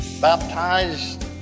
Baptized